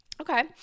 okay